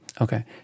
Okay